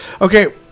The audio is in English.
Okay